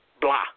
blah